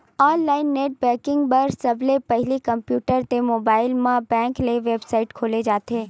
online net banking बर सबले पहिली कम्प्यूटर ते मोबाईल म बेंक के बेबसाइट खोले जाथे